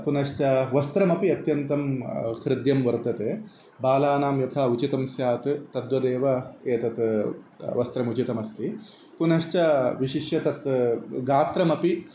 पुनश्च वस्त्रमपि अत्यन्तं हृद्यं वर्तते बालानां यथा उचितं स्यात् तद्वदेव एतत् वस्त्रम् उचितमस्ति पुनश्च विशिष्य तत् गात्रमपि